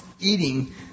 eating